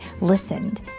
listened